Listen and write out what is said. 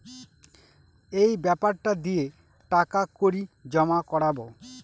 এই বেপারটা দিয়ে টাকা কড়ি জমা করাবো